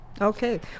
Okay